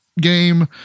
game